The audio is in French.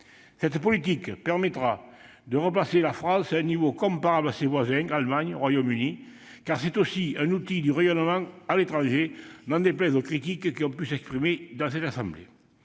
Cette politique permettra de replacer la France à un niveau comparable à celui de ses voisins- Allemagne, Royaume-Uni, etc. -, car elle est aussi un outil du rayonnement à l'étranger, n'en déplaise aux critiques qui ont pu être exprimées dans cette assemblée.